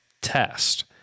test